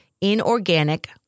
inorganic